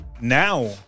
Now